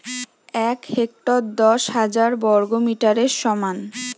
এক হেক্টর দশ হাজার বর্গমিটারের সমান